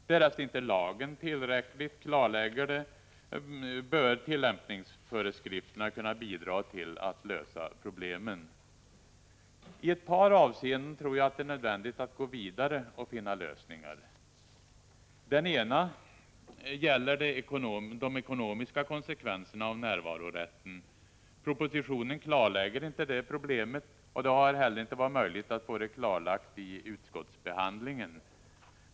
Därest inte lagen tillräckligt klarlägger det bör tillämpningsföreskrifterna kunna bidra till att lösa problemen. I ett par avseenden tror jag det är nödvändigt att gå vidare och finna lösningar. Det ena gäller de ekonomiska konsekvenserna av närvarorätten. Propositionen klarlägger inte detta problem, och det har inte heller varit möjligt att få det klarlagt i utskottsbehandlingen.